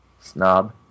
Snob